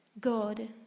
God